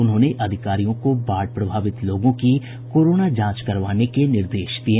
उन्होंने अधिकारियों को बाढ़ प्रभावित लोगों की कोरोना जांच करवाने के निर्देश दिये